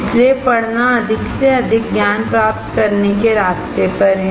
इसलिए पढ़ना अधिक से अधिक ज्ञान प्राप्त करने के रास्ते पर है